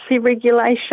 regulation